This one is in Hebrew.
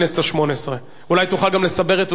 אולי תוכל גם לסבר את אוזנינו על ההליכים.